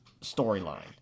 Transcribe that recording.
storyline